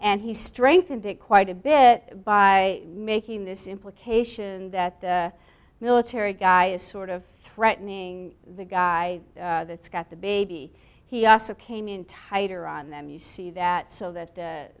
and he strengthened it quite a bit by making this implication that the military guy is sort of threatening the guy that's got the baby he also came in tighter on them you see that so that